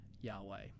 Yahweh